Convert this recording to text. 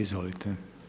Izvolite.